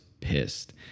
pissed